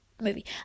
movie